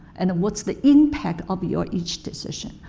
and and what's the impact of your each decision.